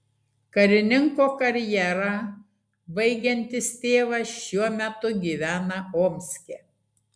karininko karjerą baigiantis tėvas šiuo metu gyvena omske